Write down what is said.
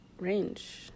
range